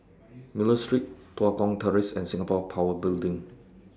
Miller Street Tua Kong Terrace and Singapore Power Building